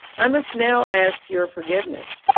i must now ask your forgiveness.